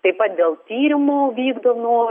taip pat dėl tyrimų vykdomų